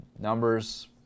numbers